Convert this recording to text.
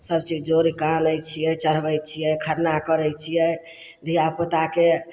सबचीज जोड़िके आनै छिए चढ़बै छिए खरना करै छिए धिआपुताके